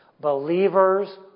believers